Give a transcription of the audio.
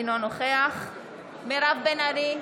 אינו נוכח מירב בן ארי,